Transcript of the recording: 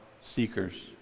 seekers